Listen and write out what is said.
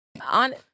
on